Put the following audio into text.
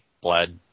blood